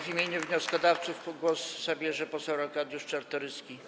W imieniu wnioskodawców głos zabierze poseł Arkadiusz Czartoryski.